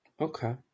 Okay